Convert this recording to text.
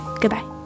goodbye